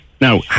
Now